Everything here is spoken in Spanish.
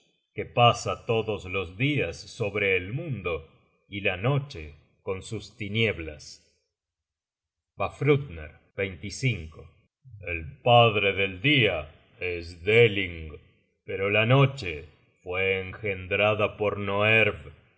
que pasa todos los dias sobre el mundo y la noche con sus tinieblas content from google book search generated at vapthrudner el padre del dia es deling pero la noche fue engendrada por noerve